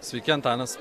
sveiki antanas